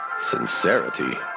Sincerity